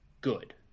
good